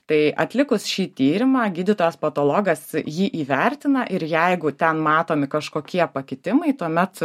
tai atlikus šį tyrimą gydytojas patologas jį įvertina ir jeigu ten matomi kažkokie pakitimai tuomet